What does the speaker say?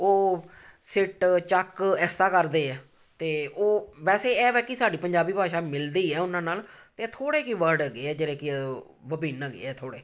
ਉਹ ਸਿੱਟ ਚੱਕ ਇਸ ਤਰਾਂ ਕਰਦੇ ਹੈ ਅਤੇ ਉਹ ਵੈਸੇ ਇਹ ਹੈ ਕਿ ਸਾਡੀ ਪੰਜਾਬੀ ਭਾਸ਼ਾ ਮਿਲਦੀ ਹੈ ਉਹਨਾਂ ਨਾਲ ਅਤੇ ਆ ਥੋੜ੍ਹੇ ਕੁ ਵਰਡ ਹੈਗੇ ਆ ਜਿਹੜੇ ਕਿ ਵਿਭਿੰਨ ਹੈਗੇ ਹੈ ਥੋੜ੍ਹੇ